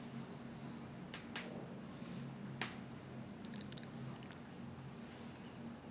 அம்மா அப்பா வந்து நிம்மதியா:amma appa vanthu nimmathiyaa like வயசான காலத்துல இருக்கனு:vayasaana kalathula irukkanu err